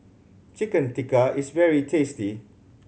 Chicken Tikka is very tasty